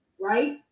right